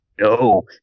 No